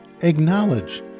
acknowledge